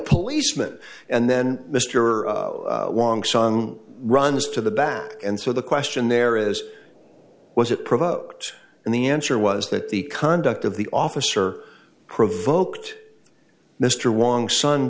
policeman and then mr wong song runs to the back and so the question there is was it provoked and the answer was that the conduct of the officer provoked mr wong son